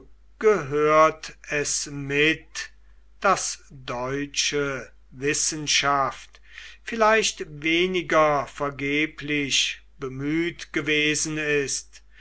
gehört es mit daß deutsche wissenschaft vielleicht weniger vergeblich bemüht gewesen ist